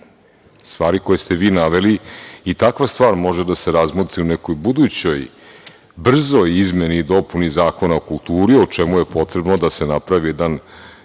stvari koje ste vi naveli i takva stvar može da se razmotri u nekoj budućoj brzoj izmeni i dopuni Zakona o kulturi, o čemu je potrebno da se napravi jedan